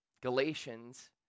Galatians